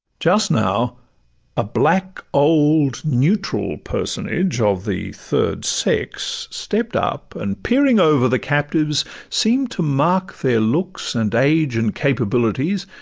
just now a black old neutral personage of the third sex stept up, and peering over the captives, seem'd to mark their looks and age, and capabilities,